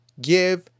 give